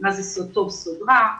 מה זה סוד טוב וסוד רע,